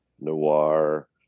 noir